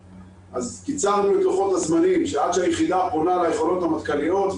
אז קיצרנו את לוחות הזמנים עד שהיחידה פונה ליכולות המטכ"ליות.